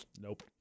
nope